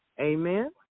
Amen